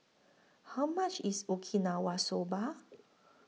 How much IS Okinawa Soba